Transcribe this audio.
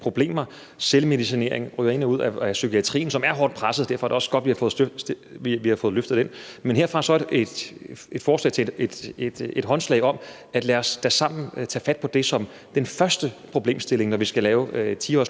selvmedicinering, de ryger ind og ud af psykiatrien, som er hårdt presset. Derfor er det også godt, at vi har fået løftet den. Men herfra så et håndslag om, at lad os da sammen tage fat på det som den første problemstilling, når vi skal lave en 10-årsplan